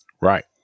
Right